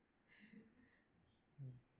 mm